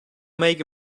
make